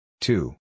two